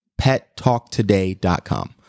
PetTalkToday.com